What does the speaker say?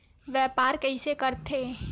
व्यापार कइसे करथे?